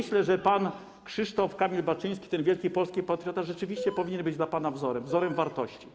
Myślę, że pan Krzysztof Kamil Baczyński, ten wielki polski patriota, rzeczywiście powinien być dla pana wzorem, wzorem wartości.